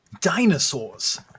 dinosaurs